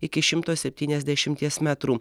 iki šimto septyniasdešimties metrų